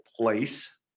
place